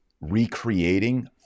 recreating